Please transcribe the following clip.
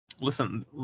listen